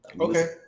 Okay